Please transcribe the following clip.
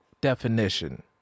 Definition